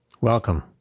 welcome